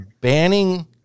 banning